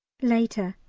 later.